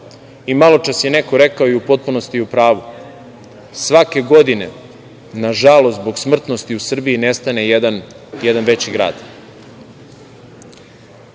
Malo čas je neko rekao i u potpunosti je u pravu, svake godine, nažalost zbog smrtnosti u Srbiji nestane jedan veći